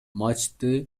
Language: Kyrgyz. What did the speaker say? матчты